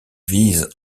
vise